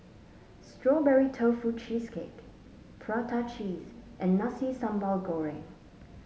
Strawberry Tofu Cheesecake Prata Cheese and Nasi Sambal Goreng